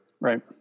Right